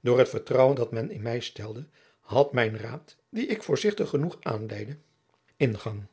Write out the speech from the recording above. door het vertrouwen dat men in mij stelde had mijn raad dien ik voorzigtig genoeg aanleidde ingang